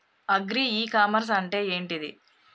Agri e commerce అంటే ఏంటిది?